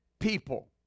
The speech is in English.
people